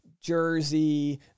jersey